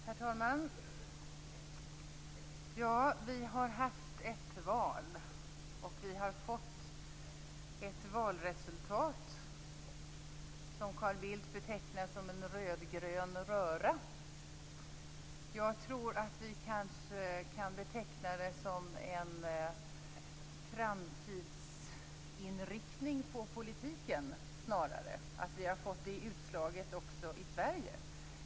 Herr talman! Vi har haft ett val, och vi har fått ett valresultat, som Carl Bildt betecknar som en rödgrön röra. Jag tror att vi kanske snarare kan beteckna det som en framtidsinriktning på politiken att vi har fått det utslaget också i Sverige.